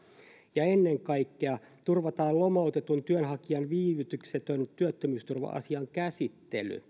ja ennen kaikkea turvataan lomautetun työnhakijan viivytyksetön työttömyysturva asian käsittely